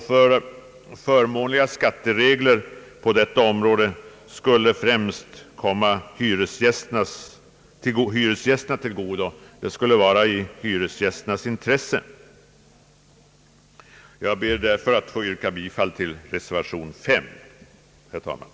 Förmånliga skatteregler på detta område skulle främst komma hyresgästerna till godo och ligger sålunda i hyresgästernas intresse. Herr talman! Jag ber att få yrka bifall till reservation nr 35.